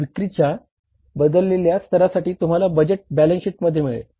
विक्रीच्या बदललेल्या स्तरासाठी तुम्हाला बजेट बॅलन्स शीट मिळेल